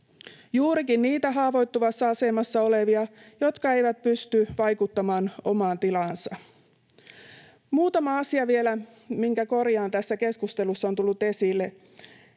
juurikin niitä haavoittuvassa asemassa olevia, jotka eivät pysty vaikuttamaan omaan tilaansa. Muutama asia tässä keskustelussa on tullut esille,